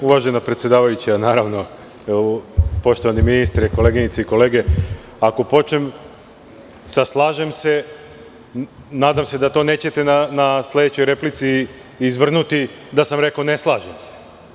Uvažena predsedavajuća, poštovani ministre, koleginice i kolege, ako počnem sa slažem se nadam se da to nećete na sledećoj replici izvrnuti da sam rekao ne slažem se.